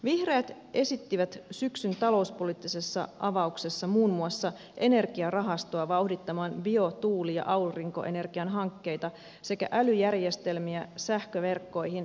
vihreät esittivät syksyn talouspoliittisessa avauksessa muun muassa energiarahastoa vauhdittamaan bio tuuli ja aurinkoenergian hankkeita sekä älyjärjestelmiä sähköverkkoihin ja liikenteelle